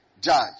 judge